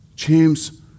James